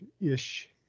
ish